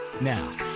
Now